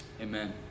Amen